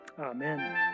Amen